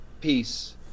peace